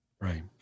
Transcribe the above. Right